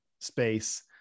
space